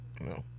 No